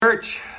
Church